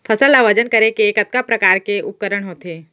फसल ला वजन करे के कतका प्रकार के उपकरण होथे?